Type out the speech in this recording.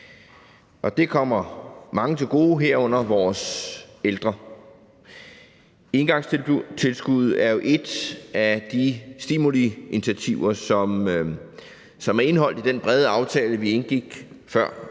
Det kommer mange til gode, herunder vores ældre. Engangstilskuddet er jo et af de stimuliinitiativer, som er indeholdt i den brede aftale, vi indgik før